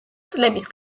წლების